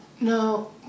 No